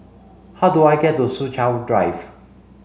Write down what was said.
how do I get to Soo Chow Drive